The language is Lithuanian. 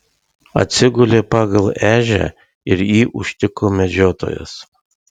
atsigulė pagal ežią ir jį užtiko medžiotojas